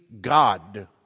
God